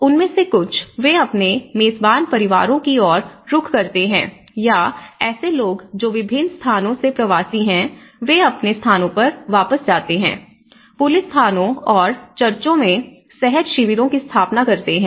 उनमें से कुछ वे अपने मेजबान परिवारों की ओर रुख करते हैं या ऐसे लोग जो विभिन्न स्थानों से प्रवासी हैं वे अपने स्थानों पर वापस जाते हैं पुलिस थानों और चर्चों में सहज शिविरों की स्थापना करते हैं